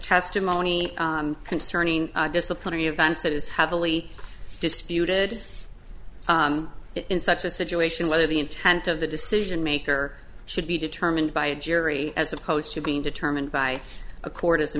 testimony concerning disciplinary events that is heavily disputed in such a situation whether the intent of the decision maker should be determined by a jury as opposed to being determined by a court as a